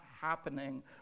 happening